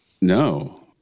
No